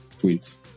tweets